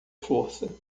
força